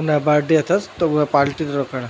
उनजो बरडे अथसि त उहा पाल्टी थो कयां